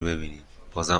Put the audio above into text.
ببینینبازم